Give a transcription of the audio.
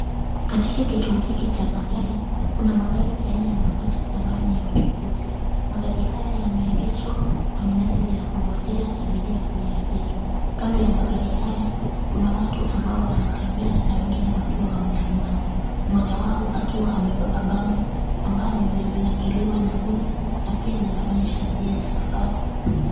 Katika kituo hiki cha magari, kuna magari aina ya mabasi ambayo ni ya uchukuzi. Magari haya yameegeshwa kwa minajili ya kungojea abiria kuiabiri. Kando ya magari haya kuna watu ambao wanatembea na wengine wakiwa wamesimama, mmoja wao akiwa amebeba bango, ambalo limenakiliwa nauli na pia linaonyesha njia ya safari.